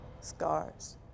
scars